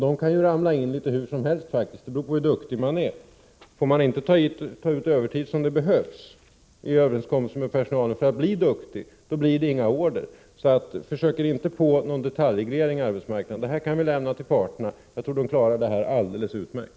De kan ju ramla in litet hur som helst — det beror på hur duktig man är. Får man inte ta ut den övertid som behövs, enligt överenskommelse med personalen, för att bli duktig, då blir det inga order. Så försök er inte på någon detaljreglering på arbetsmarknaden! Det här kan vi lämna till parterna. Jag tror att de klarar detta alldeles utmärkt.